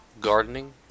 gardening